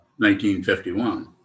1951